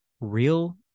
real